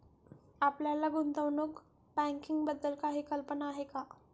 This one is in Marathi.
आपल्याला गुंतवणूक बँकिंगबद्दल काही कल्पना आहे का?